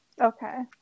Okay